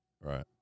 Right